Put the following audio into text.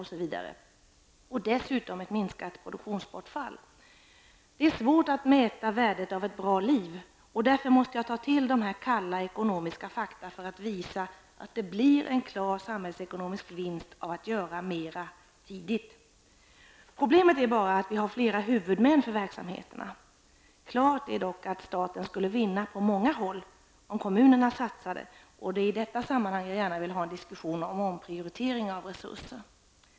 Dessutom ger det ett minskat produktionsbortfall. Det är svårt att mäta värdet av ett bra liv. Därför måste jag ta till dessa kalla ekonomiska fakta för att visa att det blir en klar samhällsekonomisk vinst av att göra mera tidigt. Problemet är bara att vi har flera huvudmän för verksamheterna. Klart är dock att staten skulle vinna på många håll om kommunerna satsade. Det är i detta sammanhang jag gärna vill ha en diskussion om en omprioritering av resurser.